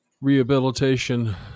rehabilitation